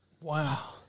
Wow